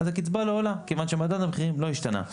אז הקצבה לא עולה וזאת מכיוון שמדד המחירים לא השתנה.